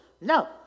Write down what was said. No